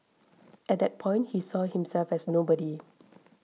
at that point he saw himself as nobody